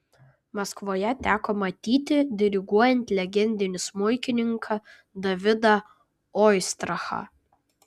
maskvoje teko matyti diriguojant legendinį smuikininką davidą oistrachą